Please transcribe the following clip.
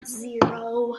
zero